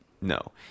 No